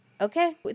Okay